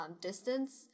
distance